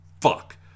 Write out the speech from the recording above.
fuck